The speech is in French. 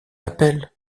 appelle